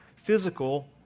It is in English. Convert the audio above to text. physical